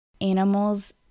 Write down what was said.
Animals